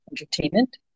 entertainment